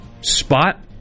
spot